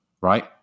Right